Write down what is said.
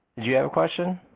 you have a question?